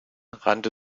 rannte